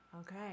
Okay